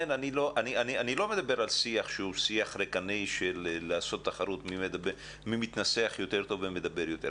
אני לא מדבר על שיח ריקני של לעשות תחרות מי מתנסח טוב יותר ומדבר יותר,